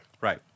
Right